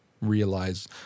realize